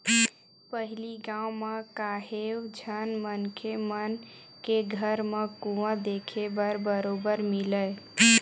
पहिली गाँव म काहेव झन मनखे मन के घर म कुँआ देखे बर बरोबर मिलय